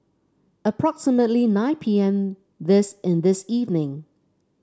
approximately nine P M this in this evening